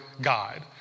God